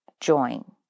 join